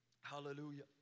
hallelujah